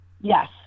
Yes